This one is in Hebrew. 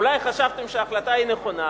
אולי חשבתם שההחלטה היא נכונה,